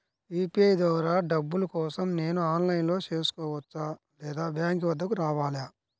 UPI ద్వారా డబ్బులు కోసం నేను ఆన్లైన్లో చేసుకోవచ్చా? లేదా బ్యాంక్ వద్దకు రావాలా?